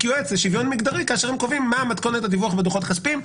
יועץ לשוויון מגדרי בעוד הם קובעים מה מתכונת הדיווח בדוחות כספיים.